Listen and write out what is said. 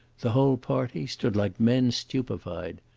the whole party stood like men stupefied.